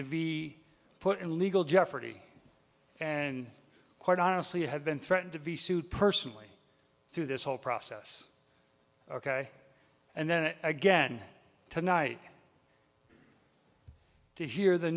to be put in legal jeopardy and quite honestly i have been threatened to be sued personally through this whole process ok and then again tonight to hear the